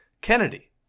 Kennedy